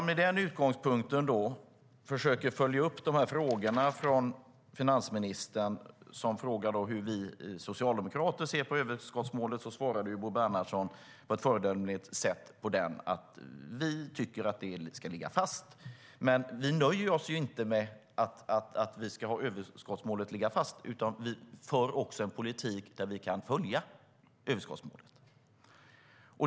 Med den utgångspunkten kan man försöka följa upp frågorna från finansministern. Han frågade hur vi socialdemokrater ser på överskottsmålet. Bo Bernhardsson svarade på ett föredömligt sätt att vi tycker att det ska ligga fast. Men vi nöjer oss inte med att överskottsmålet ska ligga fast, utan vi för också en politik där vi kan följa överskottsmålet. Herr talman!